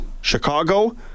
Chicago